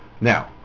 Now